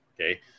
okay